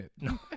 No